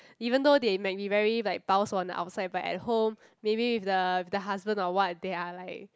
even though they may be very like 保守 on the outside but at home may be the the husband or what they are like